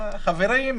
חברים,